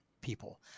people